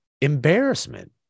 embarrassment